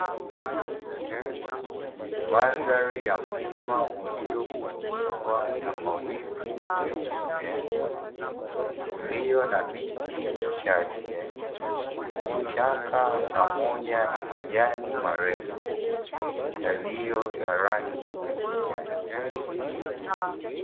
Mandhari ya mlima uliyofunikwa na mawingu meupe uliyo na miti michache, vichaka pamoja na majani marefu yaliyo ya rangi ya kijani.